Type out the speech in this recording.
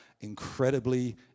incredibly